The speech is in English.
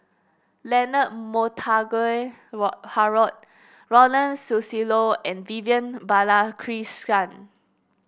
Leonard Montague Wo Harrod Ronald Susilo and Vivian